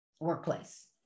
workplace